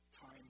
Time